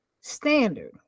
standard